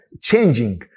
changing